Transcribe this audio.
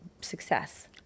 success